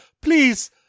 Please